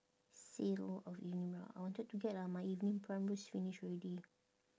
sale of evening I wanted to get uh my evening primrose finish already